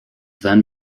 then